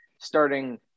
starting